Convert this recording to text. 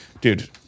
dude